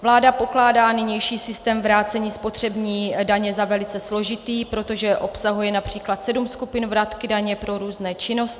Vláda pokládá nynější systém vrácení spotřební daně za velice složitý, protože obsahuje např. sedm skupin vratky daně pro různé činnosti.